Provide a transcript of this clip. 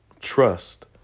trust